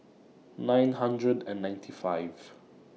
nine hundred and ninety five